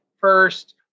first